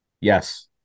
Yes